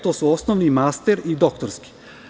To su osnovni, master i doktorski.